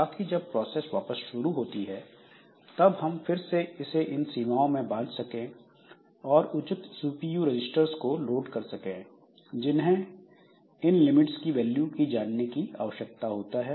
ताकि जब प्रोसेस वापस शुरू होती है तब हम फिर से इन सीमाओं को बांध सकें और उचित सीपीयू रजिस्टर्स को लोड कर सकें जिन्हें इन लिमिट्स की वैल्यू जानना आवश्यक होता है